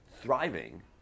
thriving